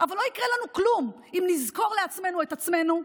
אבל לא יקרה לנו כלום אם נזכור לעצמנו את עצמנו,